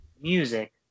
music